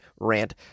rant